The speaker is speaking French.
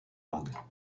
langues